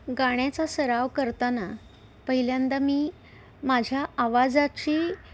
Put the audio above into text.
गाण्याचा सराव करताना पहिल्यांदा मी माझ्या आवाजाची